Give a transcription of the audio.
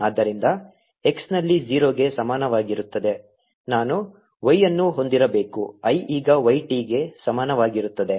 ಆದ್ದರಿಂದ x ನಲ್ಲಿ 0 ಗೆ ಸಮಾನವಾಗಿರುತ್ತದೆ ನಾನು y ಅನ್ನು ಹೊಂದಿರಬೇಕು i ಈಗ y t ಗೆ ಸಮಾನವಾಗಿರುತ್ತದೆ